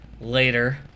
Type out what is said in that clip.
later